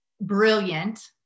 brilliant